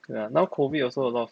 oh yeah now COVID also a lot of